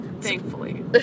Thankfully